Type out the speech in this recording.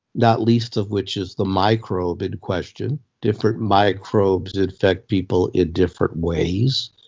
not least of which is the microbe in question. different microbes infect people in different ways.